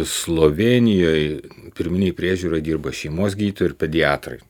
slovėnijoj pirminėj priežiūroj dirba šeimos gydytojai ir pediatrai